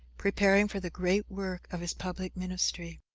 preparing for the great work of his public ministry.